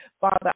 Father